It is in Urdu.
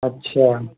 اچھا